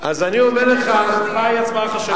אז אני אומר לך, הנשים, ההצבעה היא הצבעה חשאית.